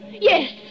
Yes